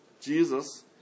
Jesus